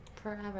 Forever